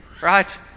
right